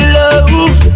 love